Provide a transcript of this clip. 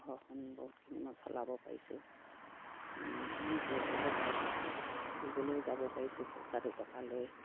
ঘৰখন বহুতখিনি মই চলাব পাৰিছোঁ নিজে ধৰি লওক ফুৰিবলৈ যাব পাৰিছোঁ পইচা দুটকা লৈ